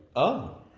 oh.